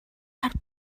хар